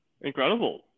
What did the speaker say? Incredible